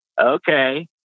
okay